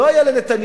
לא היתה לנתניהו